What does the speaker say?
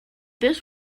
this